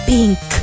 Pink